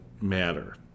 matter